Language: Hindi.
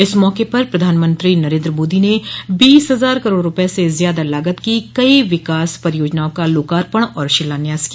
इस मौके पर प्रधानमंत्री नरेन्द्र मोदी ने बीस हजार करोड़ रूपये से ज्यादा लागत की कई विकास परियोजनाओं का लोकार्पण और शिलान्यास किया